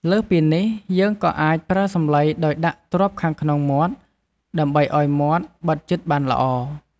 លើសពីនេះយើងក៏អាចប្រើសំឡីដោយដាក់ទ្រាប់ខាងក្នុងមាត់ ដើម្បីឱ្យមាត់បិទជិតបានល្អ។